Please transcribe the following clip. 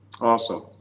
Awesome